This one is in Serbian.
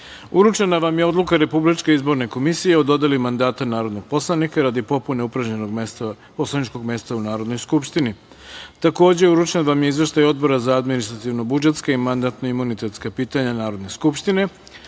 vam je Odluka Republičke izborne komisije o dodeli mandata narodnog poslanika radi popune upražnjenog poslaničkog mesta u Narodnoj Skupštini. Takođe, uručen vam je Izveštaj Odbora za administrativno-budžetska i mandatno-imunitetska pitanja Narodne skupštine,